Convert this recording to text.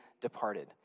departed